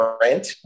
rent